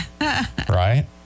Right